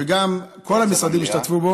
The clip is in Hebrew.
וגם שכל המשרדים ישתתפו בו.